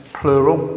plural